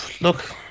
look